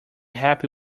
happy